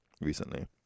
recently